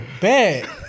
bad